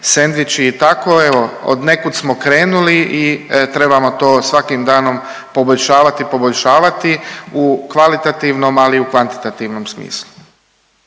sendviči i tako, evo odnekud smo krenuli i trebamo to svakim danom poboljšavati i poboljšavati u kvalitativnom, ali i u kvantitativnom smislu.